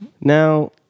Now